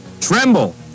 Tremble